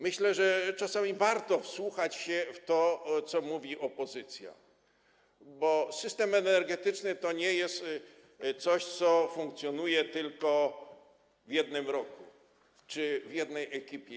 Myślę, że czasami warto wsłuchać się w to, co mówi opozycja, bo system energetyczny to nie jest coś, co funkcjonuje tylko w jednym roku czy w jednej ekipie.